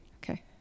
Okay